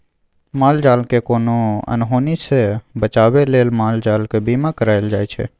माल जालकेँ कोनो अनहोनी सँ बचाबै लेल माल जालक बीमा कराएल जाइ छै